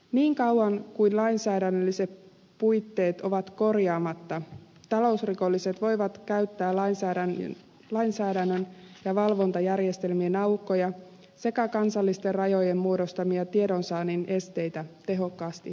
niin kauan kuin lainsäädännölliset puitteet ovat korjaamatta talousrikolliset voivat käyttää lainsäädännön ja valvontajärjestelmien aukkoja sekä kansallisten rajojen muodostamia tiedonsaannin esteitä tehokkaasti hyväkseen